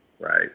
right